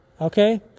Okay